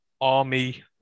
Army